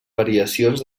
variacions